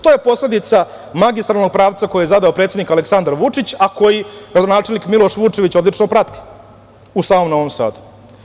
To je posledica magistralnog pravca koji je zadao predsednik Aleksandar Vučić, a koji gradonačelnik Miloš Vučević odlično prati u samom Novom Sadu.